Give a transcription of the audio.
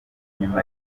nyuma